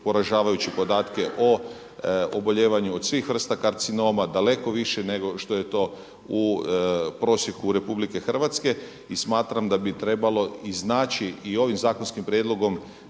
poražavajuće podatke o obolijevanju od svih vrsta karcinoma, daleko više nego što je to u prosjeku RH. I smatram da bi trebalo iznaći i ovim zakonskim prijedlogom